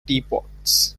teapots